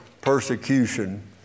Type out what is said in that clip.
persecution